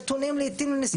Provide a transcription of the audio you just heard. נתונים לעיתים לסחיטה,